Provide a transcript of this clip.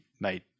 made